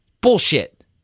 Bullshit